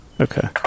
Okay